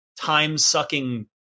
time-sucking